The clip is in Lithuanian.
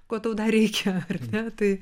ko tau dar reikia ar ne tai